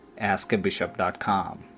askabishop.com